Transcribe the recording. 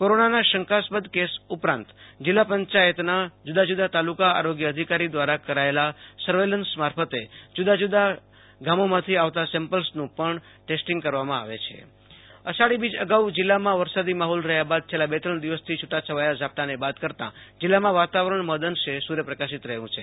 કોરોનાના શંકાસ્પદ કેસ ઉપરાંત જિલ્લા પંચાયતના જુદા જુદા તાલુકા આરોગ્ય અધિકારી દ્વારા કરાયેલા સર્વેલેન્સ મારફતે જુદા જુદા ગામોમાંથી આવતા સેમ્પલ્સનું પણ ટેસ્ટિંગ કરવામાં આવે છે આશુ તોષ અંતાણી ક ચ્છ હવા માન અષાઢીબીજ અગાઉ જીલ્લામાં વરસાદી માહોલ રહ્યા બાદ છેલ્લા બે ત્રણ દિવસથી છુટાછવાયા ઝાપટાને બાદ કરતા જીલ્લામાં વાતાવરણ મહદઅંશે સુ ર્યપ્રકાશિત રહ્યુ છે